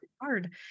hard